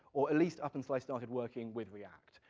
or at least up until i started working with react.